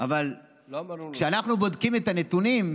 אבל כשאנחנו בודקים את הנתונים,